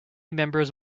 members